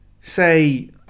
say